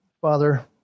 Father